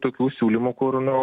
tokių siūlymų kur nu